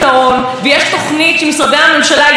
הכתובת של הרצח הבא על הקיר.